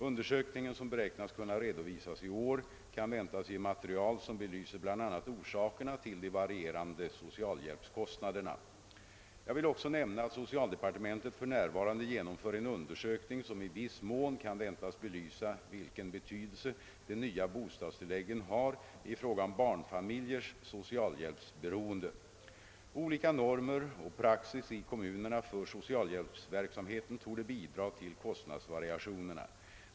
Undersökningen, som beräknas kunna redovisas i år, kan väntas ge material som belyser bl.a. orsakerna till de varierande socialhjälpskostnaderna. Jag vill också nämna att socialdepartementet för närvarande genomför en undersökning som i viss mån kan väntas belysa vilken betydelse de nya bostadstilläggen har i fråga om barnfamiljers socialhjälpsberoende. Olika normer och praxis i kommunerna för socialhjälpsverksamheten torde bidra till kostnadsvariationerna.